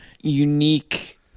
unique